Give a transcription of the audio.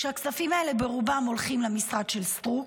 הכספים האלה ברובם הולכים למשרד של סטרוק,